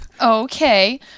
Okay